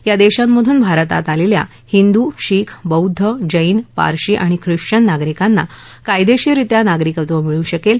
या देशांमधून भारतात आलेल्या हिदू शिख बौद्ध जाती पार्शी आणि ख्रिश्वन नागरिकांना कायदेशिररित्या नागरिकत्व मिळू शकेल